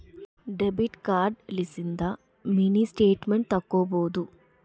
debit card ಲಿಸಿಂದ mini statement ತಕ್ಕೊಬೊದು